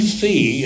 see